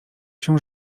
się